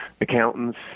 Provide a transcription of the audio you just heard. accountants